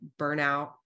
burnout